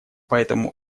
поэтому